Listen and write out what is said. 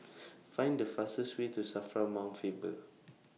Find The fastest Way to SAFRA Mount Faber